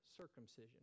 circumcision